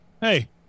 hey